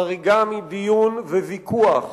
חריגה מדיון וויכוח